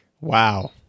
wow